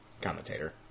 Commentator